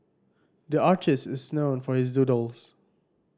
the artist is known for his doodles